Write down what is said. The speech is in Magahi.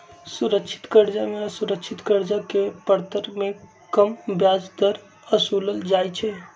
सुरक्षित करजा में असुरक्षित करजा के परतर में कम ब्याज दर असुलल जाइ छइ